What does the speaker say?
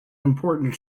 important